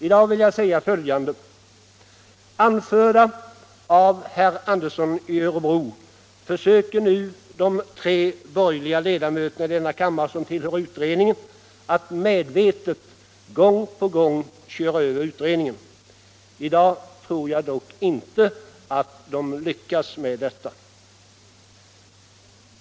I dag vill jag säga följande: Anförda av herr Andersson i Örebro försöker nu de tre borgerliga riksdagsledamöter som tillhör utredningen att medvetet gång på gång köra över utredningen. I dag tror jag dock inte att de lyckas med detta.